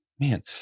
Man